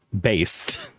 Based